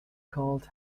called